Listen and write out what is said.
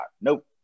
Nope